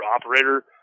operator